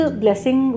blessing